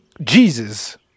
Jesus